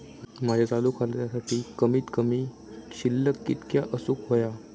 माझ्या चालू खात्यासाठी कमित कमी शिल्लक कितक्या असूक होया?